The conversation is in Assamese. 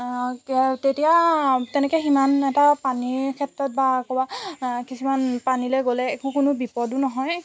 কি হয় তেতিয়া তেনেকৈ সিমান এটা পানীৰ ক্ষেত্ৰত বা ক'ৰবাৰ কিছুমান পানীলৈ গ'লে একো কোনো বিপদো নহয়